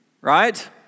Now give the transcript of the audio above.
right